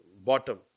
bottom